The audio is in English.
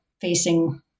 facing